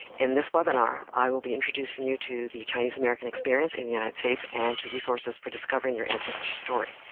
in this webinar, i will be introducing you to the chinese-american experience in the united states and to resources for discovering your ancestors' story.